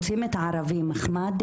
רוצים את הערבי מחמד,